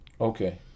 Okay